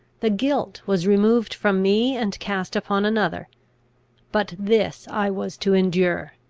the guilt was removed from me, and cast upon another but this i was to endure.